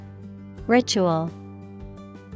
Ritual